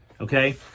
okay